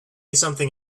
something